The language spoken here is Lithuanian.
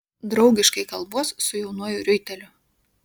draugiškai kalbuos su jaunuoju riuiteliu